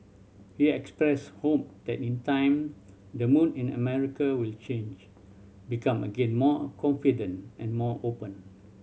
he expressed hope that in time the mood in America will change become again more confident and more open